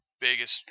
biggest